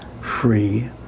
free